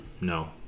no